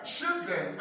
children